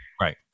Right